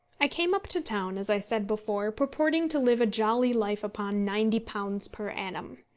i came up to town, as i said before, purporting to live a jolly life upon ninety pounds per annum.